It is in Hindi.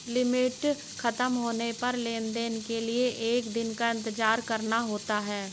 लिमिट खत्म होने पर लेन देन के लिए एक दिन का इंतजार करना होता है